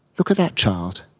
look at that child,